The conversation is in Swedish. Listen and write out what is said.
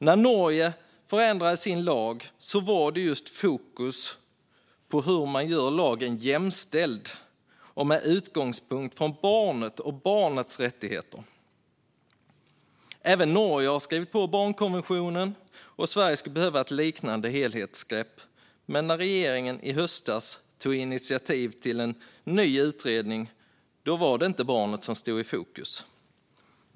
När Norge förändrade sin lag var det just med fokus på hur man gör lagen jämställd, och utgångspunkten var barnet och barnets rättigheter. Även Norge har skrivit på barnkonventionen, och Sverige skulle behöva ett liknande helhetsgrepp. Men när regeringen i höstas tog initiativ till en ny utredning var det inte barnet som stod i fokus.